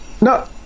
No